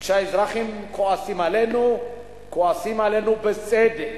כשהאזרחים כועסים עלינו כועסים עלינו בצדק,